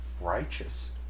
righteous